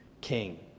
king